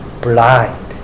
blind